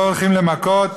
לא הולכים למכות,